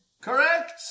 Correct